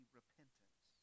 repentance